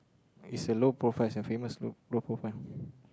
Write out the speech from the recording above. is a low profile is a famous low low profile